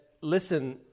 Listen